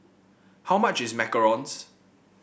how much is macarons